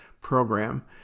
Program